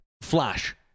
flash